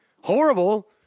horrible